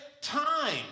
time